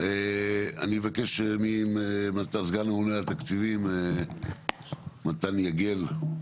אני אבקש מסגן הממונה על התקציבים, מתן יגל.